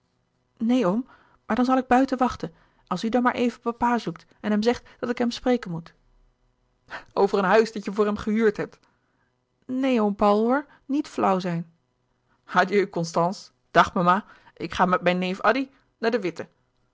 neen oom maar dan zal ik buiten wachten als u dan maar even papa zoekt en hem zegt dat ik hem spreken moet louis couperus de boeken der kleine zielen over een huis dat je voor hem gehuurd hebt neen oom paul hoor niet flauw zijn adieu constance dag mama ik ga met mijn neef addy naar de witte